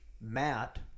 Matt